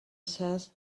says